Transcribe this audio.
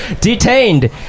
detained